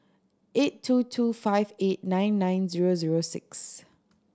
eight two two five eight nine nine zero zero six